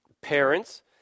parents